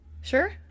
Sure